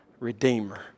Redeemer